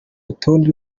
rutonde